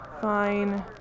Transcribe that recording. Fine